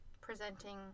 presenting